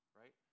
right